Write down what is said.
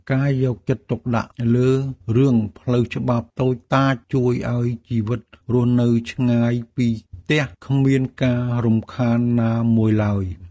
ការយកចិត្តទុកដាក់លើរឿងផ្លូវច្បាប់តូចតាចជួយឱ្យជីវិតរស់នៅឆ្ងាយពីផ្ទះគ្មានការរំខានណាមួយឡើយ។